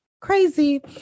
crazy